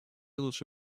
лучше